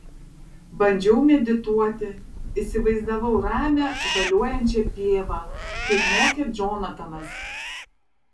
bandžiau medituoti įsivaizdavau ramią žaliuojančią pievą kaip mokė džonatanas